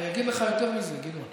אני אגיד לך יותר מזה, גדעון,